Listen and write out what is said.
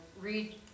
read